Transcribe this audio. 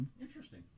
Interesting